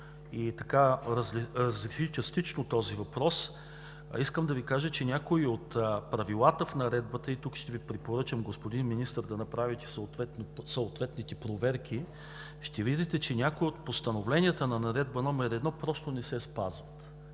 г., разви частично този въпрос. Искам да Ви кажа, че някои от правилата в Наредбата – тук ще Ви препоръчам, господин Министър, да направите съответните проверки и ще видите, че някои от постановленията на Наредба № 1 просто не се спазват.